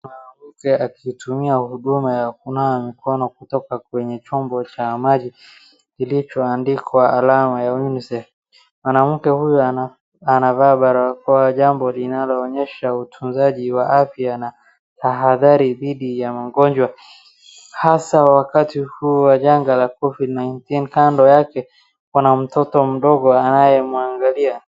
Mwanamke akitumia huduma ya kunawa mikono kutoka kwenye chombo cha maji kilichoandikwa alama ya UNICEF . Mwanamke huyo anavaa barakoa, jambo linaloonyesha utunzaji wa afya na tahadhari dhidi ya magonjwa hasa wakati huu wa janga la covid 19 [s]. Kando yake kuna mtoto mdogo anayemwangalia.